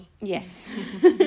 Yes